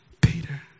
Peter